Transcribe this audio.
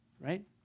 right